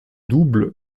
double